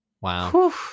Wow